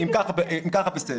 אם כך, בסדר.